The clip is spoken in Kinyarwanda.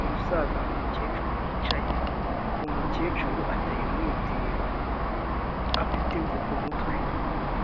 Umusaza n'umukecuru bicaye, umukecuru ateye umwitero afite imvi ku mutwe,